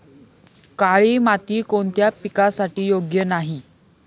काळी माती कोणत्या पिकासाठी योग्य नाही?